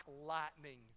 lightning